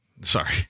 sorry